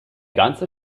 ganze